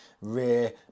rear